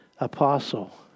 apostle